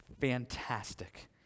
fantastic